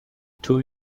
two